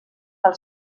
pel